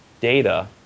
data